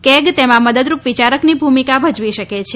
CAG તેમાં મદદરૂપ વિચારકની ભૂમિકા ભજવી શકે છે